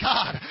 God